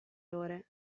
ore